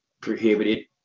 prohibited